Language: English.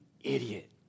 idiot